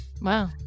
Wow